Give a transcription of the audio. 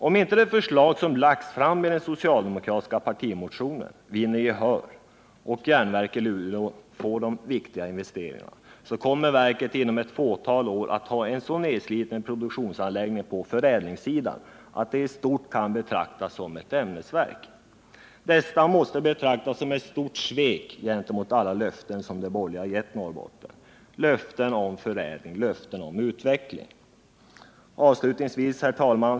Om inte de förslag som lagts fram i den socialdemokratiska partimotionen vinner gehör och järnverket i Luleå får de viktiga investeringarna, kommer verket inom ett fåtal år att ha en så nedsliten produktionsanläggning på förädlingssidan att det i stort sett kan betraktas som ett ämnesverk. Det måste ses som ett stort svek av alla löften som de borgerliga gett Norrbotten, t.ex. löften om förädling och utveckling. Herr talman!